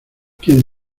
quien